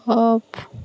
of